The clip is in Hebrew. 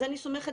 אני סומכת